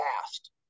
fast